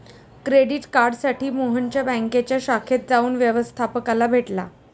credit कार्डसाठी मोहन बँकेच्या शाखेत जाऊन व्यवस्थपकाला भेटला